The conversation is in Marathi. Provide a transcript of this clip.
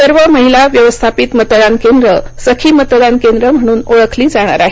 सर्व महिला व्यवस्थापित मतदान केंद्र सखी मतदान केंद्र म्हणून ओळखली जाणार आहेत